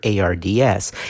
ARDS